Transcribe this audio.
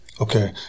Okay